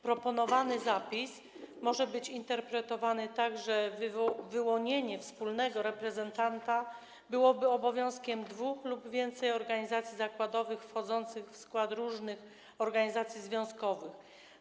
Proponowany zapis może być interpretowany tak, że wyłonienie wspólnego reprezentanta byłoby obowiązkiem dwóch lub więcej organizacji zakładowych wchodzących w skład różnych organizacji związkowych.